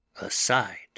Aside